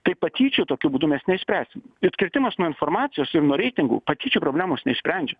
tai patyčių tokiu būdu mes neišspręsim atkirtimas nuo informacijos reitingų patyčių problemos neišsprendžia